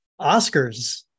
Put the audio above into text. Oscars